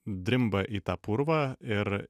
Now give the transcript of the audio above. drimba į tą purvą ir